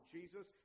Jesus